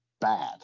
bad